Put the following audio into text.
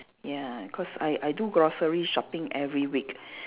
ya cause I I do grocery shopping every week